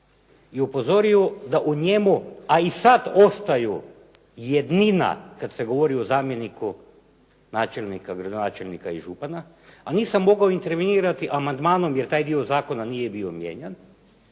i upozorio da u njemu, a i sada ostaju jednina kada se govori o zamjeniku načelnika, gradonačelnika i župana, a nisam mogao intervenirati amandmanom jer taj dio zakona nije bio mijenjan